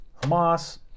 Hamas